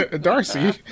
Darcy